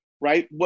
Right